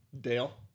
Dale